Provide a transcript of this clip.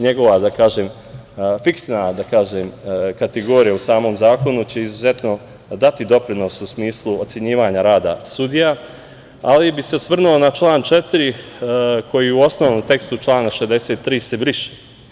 Njegova fiksna, da kažem, kategorija u samom zakonu će izuzetno dati doprinos u smislu ocenjivanja rada sudija, ali bih se osvrnuo na član 4. koji u osnovnom tekstu člana 63. se briše.